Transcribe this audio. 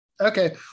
okay